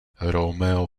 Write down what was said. romeo